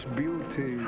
beauty